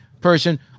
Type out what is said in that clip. person